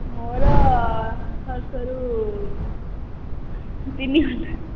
ମୋର ସବୁଠାରୁ ତିନି ଘଣ୍ଟା